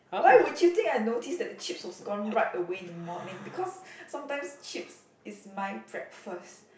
why would you think I notice that the chips was gone right away in the morning because sometimes chips is my breakfast